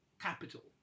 capital